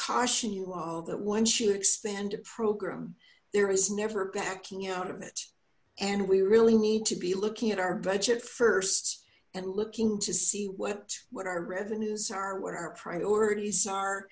caution you all that once you expand a program there is never backing out of it and we really need to be looking at our budget first and looking to see what what our revenues are what our priorities are